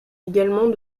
également